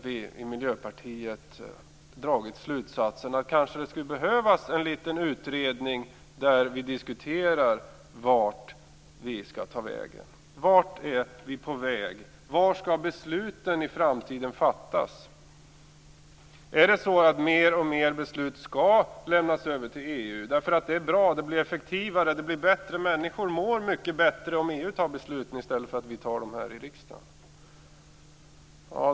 Vi i Miljöpartiet har dragit slutsatsen att det kanske skulle behövas en liten utredning där vi diskuterar vart vi skall ta vägen. Vart är vi på väg? Var skall besluten fattas i framtiden? Är det så att fler och fler beslut skall lämnas över till EU därför att det är bra, det blir effektivare och människor mår mycket bättre om EU fattar besluten i stället för att vi gör det här i riksdagen?